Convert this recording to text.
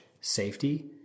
safety